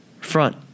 front